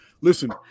Listen